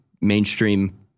mainstream